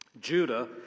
Judah